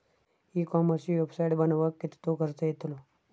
E कॉमर्सची website बनवक किततो खर्च येतलो?